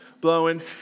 blowing